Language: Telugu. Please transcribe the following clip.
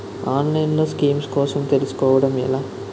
ఆన్లైన్లో స్కీమ్స్ కోసం తెలుసుకోవడం ఎలా?